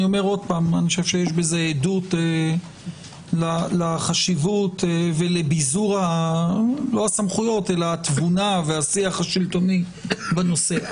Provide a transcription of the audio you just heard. אני חושב שיש בזה עדות לחשיבות ולביזור התבונה והשיח השלטוני בנושא.